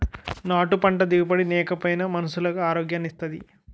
నాటు పంట దిగుబడి నేకపోయినా మనుసులకు ఆరోగ్యాన్ని ఇత్తాది